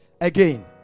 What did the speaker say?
Again